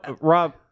Rob